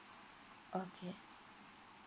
okay